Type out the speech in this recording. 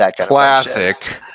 Classic